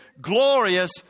Glorious